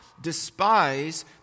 despise